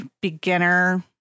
beginner